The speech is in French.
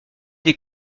des